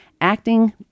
Acting